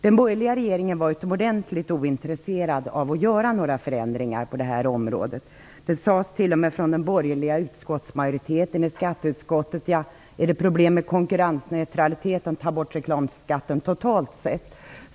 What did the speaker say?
Den borgerliga regeringen var utomordentligt ointresserad av att göra några förändringar på detta område. Det sades t.o.m. från den borgerliga majoriteten i skatteutskottet att om det var problem med konkurrensneutraliteten, kunde man ta bort reklamskatten helt och hållet.